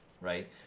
right